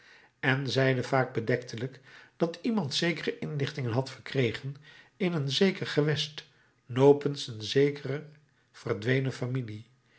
en zeide vaak bedektelijk dat iemand zekere inlichtingen had verkregen in een zeker gewest nopens een zekere verdwenen familie